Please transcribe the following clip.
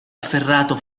afferrato